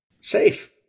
Safe